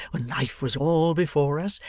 when life was all before us,